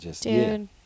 Dude